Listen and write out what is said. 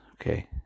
Okay